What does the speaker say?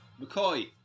McCoy